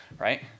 Right